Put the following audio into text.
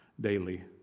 daily